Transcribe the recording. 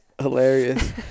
hilarious